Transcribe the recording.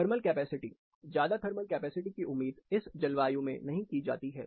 thermal capacity ज्यादा thermal capacity की उम्मीद इस जलवायु में नहीं की जाती है